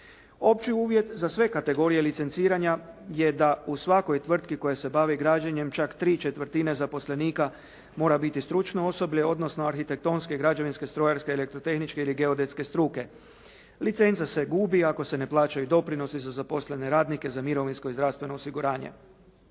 Opći uvjet za sve kategorije licenciranja je da u svakoj tvrtki koja se bavi građenjem čak 3/4 zaposlenika mora biti stručno osoblje, odnosno arhitektonske, građevinske, strojarske, elektrotehničke ili geodetske struke. Licenca se gubi ako se ne plaćaju doprinosi za zaposlene radnike za mirovinsko i zdravstveno osiguranje.